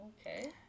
okay